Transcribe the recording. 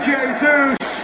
Jesus